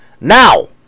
Now